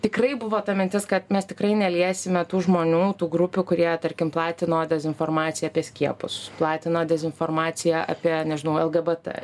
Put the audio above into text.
tikrai buvo ta mintis kad mes tikrai neliesime tų žmonių tų grupių kurie tarkim platino dezinformaciją apie skiepus platina dezinformaciją apie nežinojau lgbt